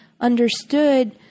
understood